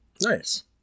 Nice